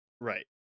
right